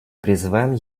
призываем